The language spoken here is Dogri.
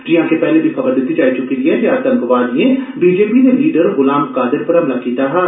जियां जे पैहले बी खबर दित्ती जाई चुकी दी ऐ जे आतंकवादियें बीजेपी दे लीडर गुलाम कादिर पर हमला कीता हा